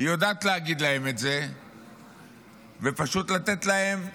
היא יודעת להגיד להם את זה ופשוט לתת להם,